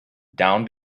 down